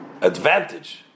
advantage